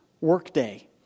workday